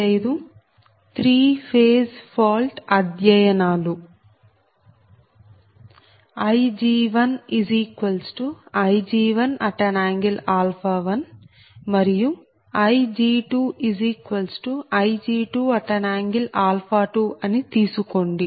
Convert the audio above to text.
Ig1Ig11 మరియు Ig2Ig22 అని తీసుకోండి